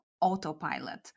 autopilot